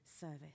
service